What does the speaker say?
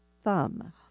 thumb